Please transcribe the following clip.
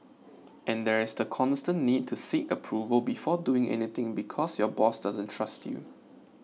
and there is the constant need to seek approval before doing anything because your boss doesn't trust you